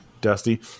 Dusty